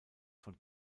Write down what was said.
von